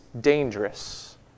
dangerous